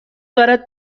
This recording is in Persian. دارد